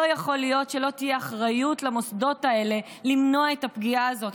לא יכול להיות שלא תהיה אחריות למוסדות האלה למנוע את הפגיעה הזאת.